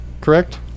correct